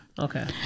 Okay